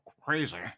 crazy